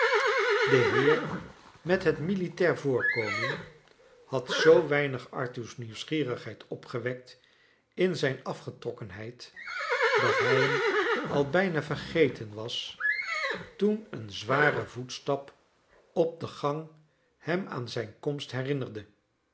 de heer met het militair voorkomen had zoo weinig arthur's nieuwsgierigheid opgewekt in zijn afgetrokkenheid dat hij hem al bijna ver geten was toen een zware voetstap op de gang hem aan zijn komst herinnerde